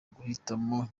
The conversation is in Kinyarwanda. guhitamo